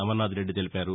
అమర్నాథ్ రెడ్డి తెలిపారు